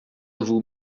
vous